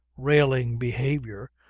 railing behaviour,